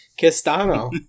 Castano